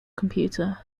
computer